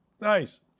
Nice